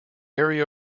area